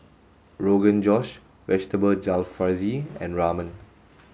Rogan Josh Vegetable Jalfrezi and Ramen